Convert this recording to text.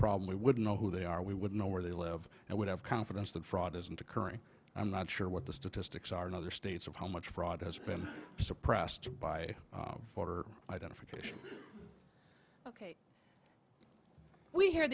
we would know who they are we would know where they live and would have confidence that fraud isn't occurring i'm not sure what the statistics are in other states of how much fraud has been suppressed by voter identification ok we hear